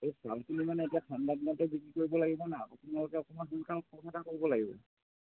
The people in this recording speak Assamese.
এই শ্বালখিনি মানে এতিয়া ঠাণ্ডাদিনতহে বিক্ৰী কৰিব লাগিব নাই আপোনালোকে অকণমান সোনকালে খৰখেদা কৰিব লাগিব